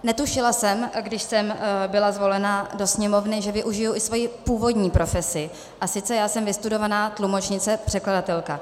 Netušila jsem, když jsem byla zvolena do Sněmovny, že využiji i svoji původní profesi a sice já jsem vystudovaná tlumočnice, překladatelka.